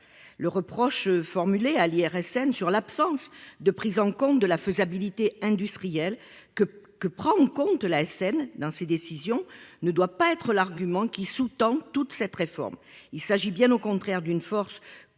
Le reproche formulé à l’encontre de l’IRSN sur l’absence de prise en compte de la faisabilité industrielle que prend en compte l’ASN dans ses décisions ne doit pas être l’argument qui sous tend toute cette réforme. Il s’agit bien au contraire d’une force,